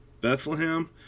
Bethlehem